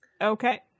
Okay